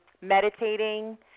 meditating